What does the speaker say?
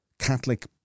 Catholic